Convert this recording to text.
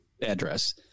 address